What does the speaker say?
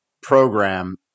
program